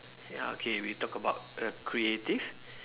ya okay we talk about err creative